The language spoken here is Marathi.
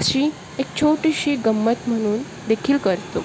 अशी एक छोटीशी गंमत म्हणून देखील करतो